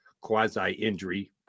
quasi-injury